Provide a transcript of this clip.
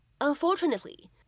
unfortunately